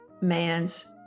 man's